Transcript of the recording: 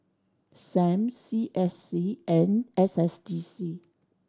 S A M C S C and S S D C